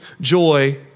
joy